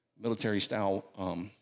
military-style